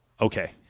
okay